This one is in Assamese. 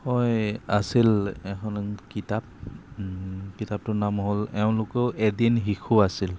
হয় আছিল এখন কিতাপ কিতাপটোৰ নাম হ'ল এওঁলোকো এদিন শিশু আছিল